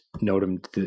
noted